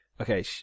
Okay